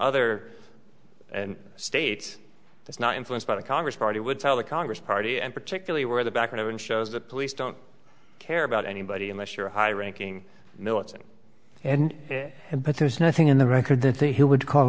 other states that's not influenced by the congress party would tell the congress party and particularly where the back and shows that police don't care about anybody unless you're a high ranking militant and and but there's nothing in the record that think he would call